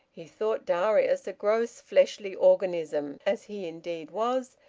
he thought darius a gross fleshly organism, as he indeed was,